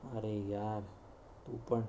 अरे यार तू पण